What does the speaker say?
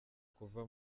kuva